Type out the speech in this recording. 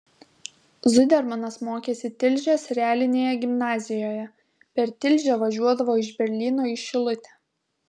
zudermanas mokėsi tilžės realinėje gimnazijoje per tilžę važiuodavo iš berlyno į šilutę